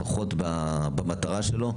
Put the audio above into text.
לפחות במטרה שלו.